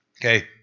Okay